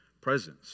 presence